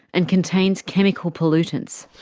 and contains chemical pollutants.